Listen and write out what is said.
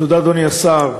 תודה, אדוני השר,